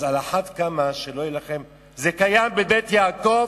אז על אחת כמה, שלא יהיה לכם, זה קיים ב"בית יעקב"